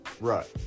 Right